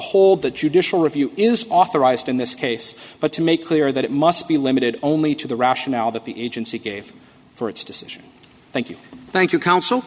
hold the judicial review is authorized in this case but to make clear that it must be limited only to the rationale that the agency gave for its decision thank you thank you counsel